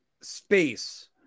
space